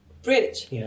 bridge